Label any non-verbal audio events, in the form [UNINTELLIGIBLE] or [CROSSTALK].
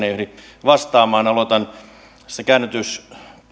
[UNINTELLIGIBLE] ehdi vastaamaan aloitan käännytyksistä